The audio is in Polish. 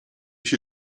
się